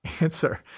answer